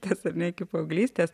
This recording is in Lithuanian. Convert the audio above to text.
tas ar ne iki paauglystės